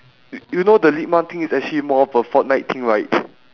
y~ you know the LIGMA thing is actually more of a fortnite thing right